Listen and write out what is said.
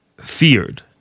feared